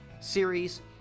series